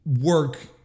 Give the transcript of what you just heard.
work